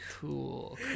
cool